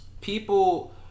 People